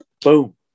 boom